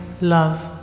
love